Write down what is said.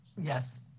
Yes